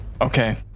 okay